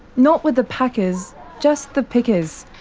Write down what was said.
not with the packers. just the pickers.